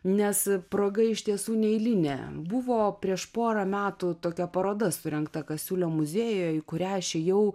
nes proga iš tiesų neeilinė buvo prieš porą metų tokia paroda surengta kasiulio muziejujeį kurią aš ėjau